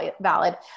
valid